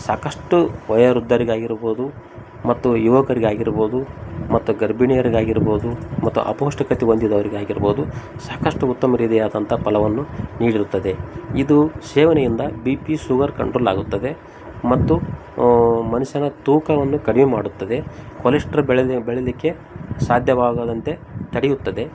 ಸಾಕಷ್ಟು ವಯೋವೃದ್ಧರಿಗಾಗಿರ್ಬೋದು ಮತ್ತು ಯುವಕರಿಗಾಗಿರ್ಬೋದು ಮತ್ತು ಗರ್ಭಿಣಿಯರಿಗಾಗಿರ್ಬೋದು ಮತ್ತು ಅಪೌಷ್ಟಿಕತೆ ಹೊಂದಿದವ್ರಿಗಾಗಿರ್ಬೋದು ಸಾಕಷ್ಟು ಉತ್ತಮ ರೀತಿಯಾದಂಥ ಫಲವನ್ನು ನೀಡಿರುತ್ತದೆ ಇದು ಸೇವನೆಯಿಂದ ಬಿ ಪಿ ಶುಗರ್ ಕಂಟ್ರೋಲ್ ಆಗುತ್ತದೆ ಮತ್ತು ಮನುಷ್ಯನ ತೂಕವನ್ನು ಕಡಿಮೆ ಮಾಡುತ್ತದೆ ಕೊಲೆಶ್ಟ್ರ ಬೆಳೆದ ಬೆಳೀಲಿಕ್ಕೆ ಸಾಧ್ಯವಾಗದಂತೆ ತಡೆಯುತ್ತದೆ